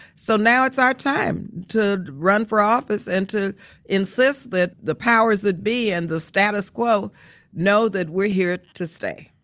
so now it's our time to run for office and to insist that the powers to be and the status quo know that we're here to stay.